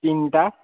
तिनवटा